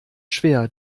schwer